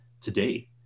today